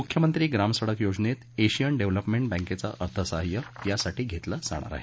मुख्यमंत्री ग्रामसडक योजनेत एशियन डेव्हलपमेंट बँकेचं अर्थसहाय्य यासाठी घेतलं जाणार आहे